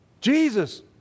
Jesus